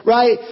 Right